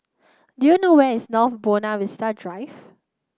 do you know where is North Buona Vista Drive